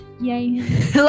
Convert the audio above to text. yay